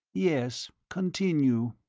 yes continue.